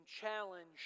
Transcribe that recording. challenge